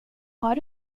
har